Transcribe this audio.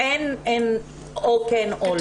אין או כן או לא,